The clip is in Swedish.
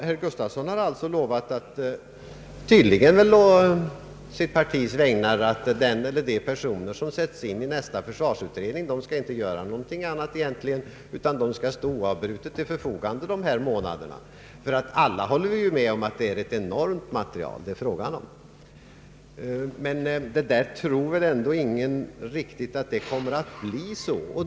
Herr Gustavsson har alltså lovat — tydligen på sitt partis vägnar — att den eller de som sätts in i nästa försvarsutredning från hans parti egentligen inte skall göra någonting annat utan skall stå till förfogande oavbrutet under dessa månader. Ingen tror väl ändå riktigt att det kommer att bli så.